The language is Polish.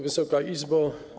Wysoka Izbo!